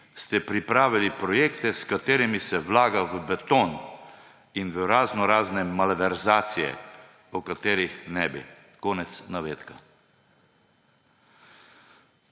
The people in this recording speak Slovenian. ste pripravili projekte, s katerimi se vlaga v beton in v razno razne malverzacije, o katerih ne bi.« Konec navedka.